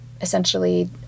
essentially